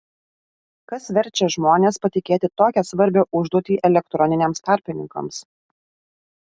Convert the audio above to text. kas verčia žmones patikėti tokią svarbią užduotį elektroniniams tarpininkams